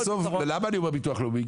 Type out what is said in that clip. למה אני אומר ביטוח לאומי?